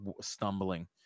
stumbling